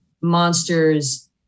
monsters